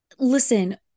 Listen